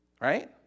right